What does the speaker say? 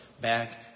back